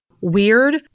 Weird